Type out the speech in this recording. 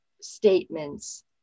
statements